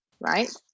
right